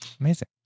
Amazing